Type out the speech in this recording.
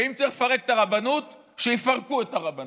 ואם צריך לפרק את הרבנות, שיפרקו את הרבנות,